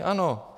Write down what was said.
Ano.